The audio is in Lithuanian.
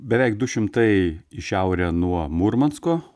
beveik du šimtai į šiaurę nuo murmansko